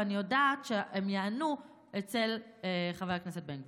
ואני יודעת שהן ייענו אצל חבר הכנסת בן גביר.